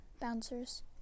bouncers